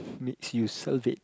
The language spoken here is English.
makes you salivate